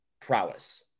prowess